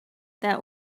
that